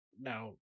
Now